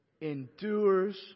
Endures